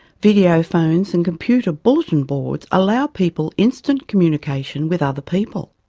video-phones and computer bulletin boards allow people instant communication with other people?